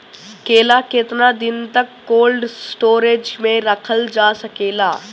केला केतना दिन तक कोल्ड स्टोरेज में रखल जा सकेला?